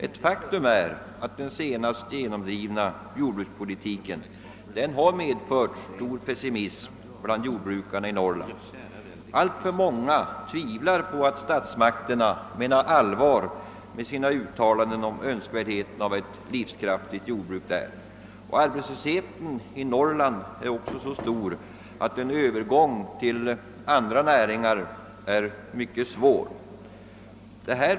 Ett faktum är att den senast genomdrivna jordbrukspolitiken har medfört stor pessimism bland jordbrukarna i Norrland, och alltför många tvivlar på att statsmakterna menar allvar med sina uttalanden om önskvärdheten av ett livskraftigt jordbruk där uppe. Arbetslösheten i Norrland är också så stor, att en övergång till andra näringar är mycket svår att genomföra.